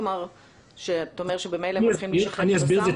כלומר אתה אומר שממילא הם צריכים --- אני אסביר את זה,